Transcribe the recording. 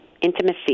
Intimacy